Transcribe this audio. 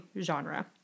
genre